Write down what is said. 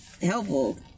helpful